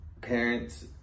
parents